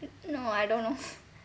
no I don't know